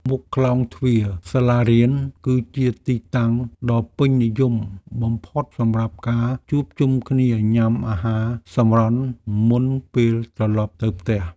មុខខ្លោងទ្វារសាលារៀនគឺជាទីតាំងដ៏ពេញនិយមបំផុតសម្រាប់ការជួបជុំគ្នាញ៉ាំអាហារសម្រន់មុនពេលត្រឡប់ទៅផ្ទះ។